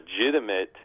legitimate